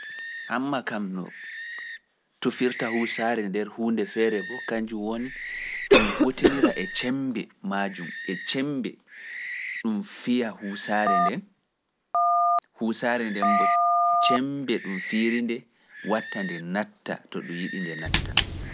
Hamma kam no tufirta huusaare nder huunde feere ɓo kañju woni ɗum hutinira e cembe majum e cembe ɗum fiya huusaare nden, huusaare nden mbo cembe ɗum fiiri nde watta nde natta to ɗum yiɗi nde natta.